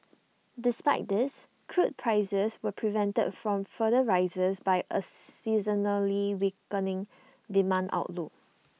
despite this crude prices were prevented from further rises by A seasonally weakening demand outlook